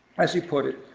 as he put it,